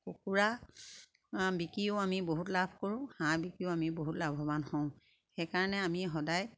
কুকুৰা বিকিও আমি বহুত লাভ কৰোঁ হাঁহ বিকিও আমি বহুত লাভৱান হওঁ সেইকাৰণে আমি সদায়